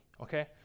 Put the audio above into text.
okay